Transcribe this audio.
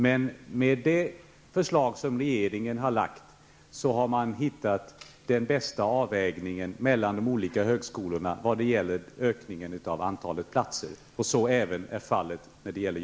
Men med det förslag som regeringen har lagt fram har man hittat den bästa avvägningen mellan de olika högskolorna vad gäller ökningen av antalet platser. Så är även fallet när det gäller